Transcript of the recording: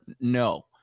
no